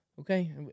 okay